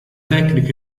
tecnica